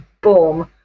boom